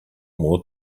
more